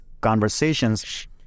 conversations